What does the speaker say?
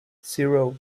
zero